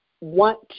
want